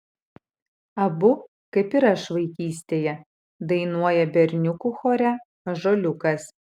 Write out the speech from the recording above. abu kaip ir aš vaikystėje dainuoja berniukų chore ąžuoliukas